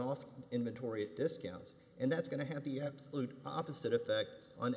off inventory at discounts and that's going to have the absolute opposite effect on